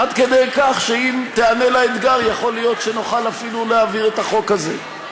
עד כדי כך שאם תיענה לאתגר יכול להיות שנוכל אפילו להעביר את החוק הזה.